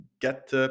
get